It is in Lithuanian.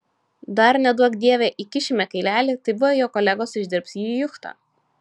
dar neduok dieve įkišime kailelį tai buvę jo kolegos išdirbs jį į juchtą